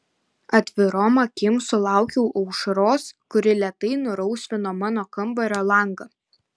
atvirom akim sulaukiau aušros kuri lėtai nurausvino mano kambario langą